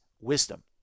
wisdom